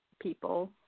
people